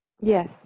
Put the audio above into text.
Yes